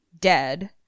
dead